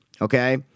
okay